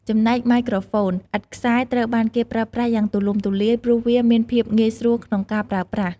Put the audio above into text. ចំណែក ម៉ៃក្រូហ្វូនឥតខ្សែត្រូវបានគេប្រើប្រាស់យ៉ាងទូលំទូលាយ ព្រោះវាមានភាពងាយស្រួលក្នុងការប្រើប្រាស់។